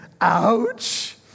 ouch